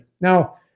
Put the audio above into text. Now